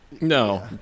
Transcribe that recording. No